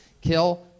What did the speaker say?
Kill